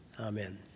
Amen